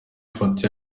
foto